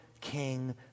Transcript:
king